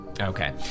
Okay